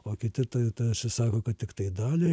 o kiti tai tarsi sako kad tiktai dalį